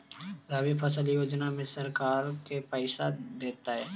रबि फसल योजना में सरकार के पैसा देतै?